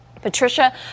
Patricia